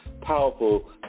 powerful